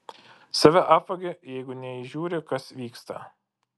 save apvagi jeigu neįžiūri kas vyksta